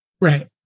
Right